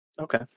okay